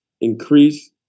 increase